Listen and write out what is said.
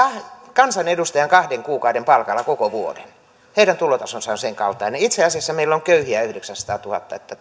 kansanedustajan kahden kuukauden palkalla koko vuoden heidän tulotasonsa on sen kaltainen itse asiassa meillä on köyhiä yhdeksänsataatuhatta niin että